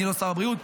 אני לא שר הבריאות,